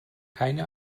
keine